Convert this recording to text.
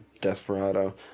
Desperado